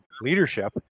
leadership